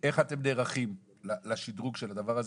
איך אתם נערכים לשדרוג של הדבר הזה,